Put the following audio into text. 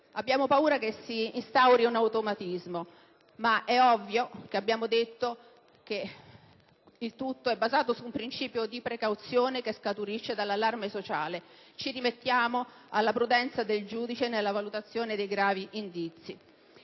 abbiamo paura che si instauri un automatismo, ma è ovvio che il tutto è basato su un principio di precauzione che scaturisce dall'allarme sociale. Ci rimettiamo alla prudenza del giudice nella valutazione dei gravi indizi.